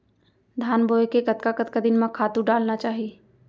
धान बोए के कतका कतका दिन म खातू डालना चाही?